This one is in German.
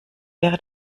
wäre